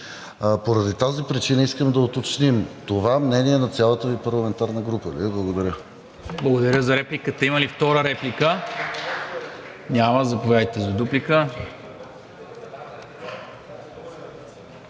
Поради тази причина искам да уточним – това мнение на цялата Ви парламентарна група ли е? Благодаря.